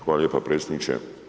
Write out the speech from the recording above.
Hvala lijepa predsjedniče.